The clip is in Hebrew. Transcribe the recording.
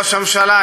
ראש הממשלה,